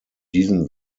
diesen